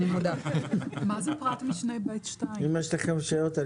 "אם יש לכם שאלות,